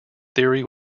theory